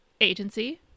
agency